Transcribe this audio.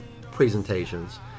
presentations